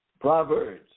Proverbs